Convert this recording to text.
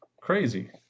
Crazy